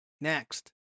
Next